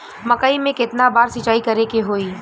मकई में केतना बार सिंचाई करे के होई?